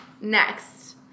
Next